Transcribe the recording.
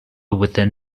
within